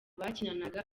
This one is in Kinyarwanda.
bakinanaga